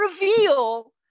reveal